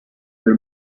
del